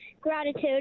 Gratitude